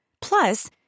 Plus